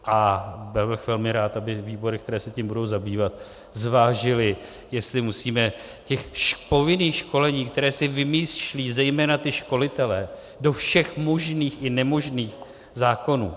A byl bych velmi rád, aby výbory, které se tím budou zabývat, zvážily, jestli musíme těch povinných školení, které se vymýšlí zejména ti školitelé, do všech možných i nemožných zákonů...